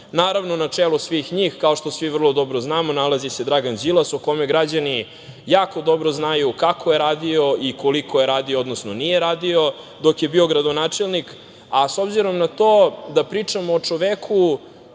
vlast. Naravno, na čelu svih njih, kao što svi vrlo dobro znamo, nalazi se Dragan Đilas o kome građani jako dobro znaju kako je radio i koliko je radio, odnosno nije radio dok je bio gradonačelnik. S obzirom na to da pričamo o čoveku